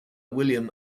william